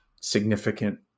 significant